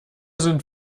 sind